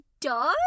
dog